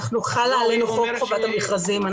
חל עלינו חוק חובת המכרזים,